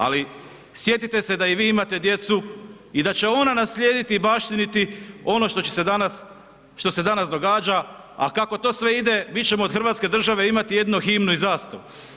Ali sjetite se da i vi imate djecu i da će ona naslijediti i baštiniti ono što se danas događa a kako to sve ide, mi ćemo od hrvatske države imati jedino himnu i zastavu.